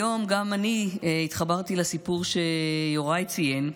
היום גם אני התחברתי לסיפור שיוראי ציין,